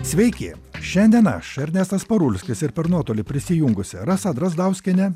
sveiki šiandien aš ernestas parulskis ir per nuotolį prisijungusi rasa drazdauskienė